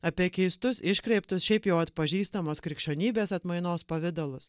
apie keistus iškreiptus šiaip jau atpažįstamos krikščionybės atmainos pavidalus